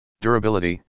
Durability